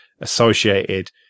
associated